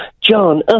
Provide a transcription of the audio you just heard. John